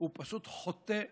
הוא פשוט חוטא לתפקידו,